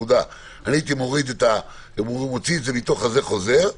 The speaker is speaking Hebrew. הייתי מוציא את זה מתוך חוזר,